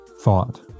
thought